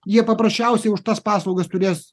jie paprasčiausiai už tas paslaugas turės